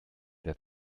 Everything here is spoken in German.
der